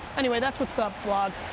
anyway, that's what's up, vlog.